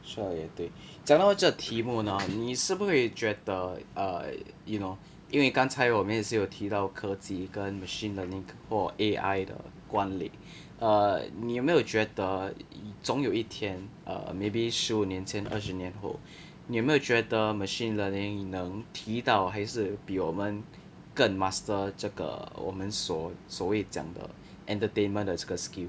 说得也对讲到这题目呢你是不是觉得 err you know 因为刚才我们也是有提到科技跟 machine learning 或 A_I 的管类 err 你有没有觉得总有一天 err maybe 十五年前二十年后你有没有觉得 machine learning 能提到还是比我们更 master 这个我们所所谓讲的 entertainment 的这个 skill